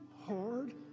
hard